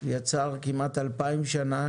יצר כמעט אלפיים שנה,